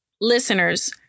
Listeners